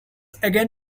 again